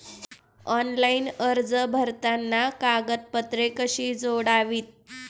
Online अर्ज भरताना कागदपत्रे कशी जोडावीत?